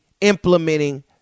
implementing